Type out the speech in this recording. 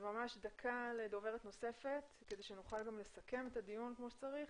ממש דקה לדוברת נוספת כדי שנוכל גם לסכם את הדיון כמו שצריך.